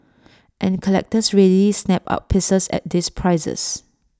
and collectors readily snap up pieces at these prices